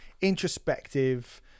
introspective